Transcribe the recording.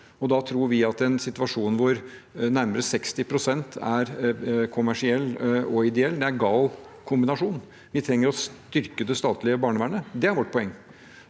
Da tror vi at i en situasjon hvor nærmere 60 pst. er kommersielle og ideelle, er det en gal kombinasjon. Vi trenger å styrke det statlige barnevernet. Det er vårt poeng.